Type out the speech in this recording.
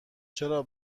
چرا